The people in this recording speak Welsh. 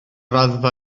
raddfa